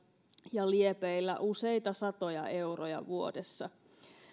ja liepeillä useita satoja euroja vuodessa